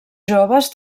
joves